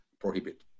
prohibit